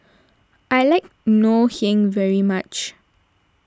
I like Ngoh Hiang very much